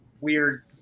weird